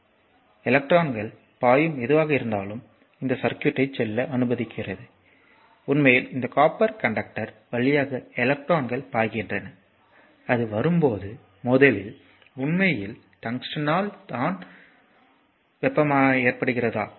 எனவே எலக்ட்ரான்கள் பாயும் எதுவாக இருந்தாலும் இந்த சர்க்யூட்க்குச் செல்ல அனுமதிக்கிறேன் உண்மையில் இந்த காப்பர் கண்டக்டர் வழியாக எலக்ட்ரான்கள் பாய்கின்றன அது வரும்போது மோதலில் உண்மையில் டங்ஸ்டன் ஆல் தான் எனவே அது வெப்பமாக ஏற்படுகிறது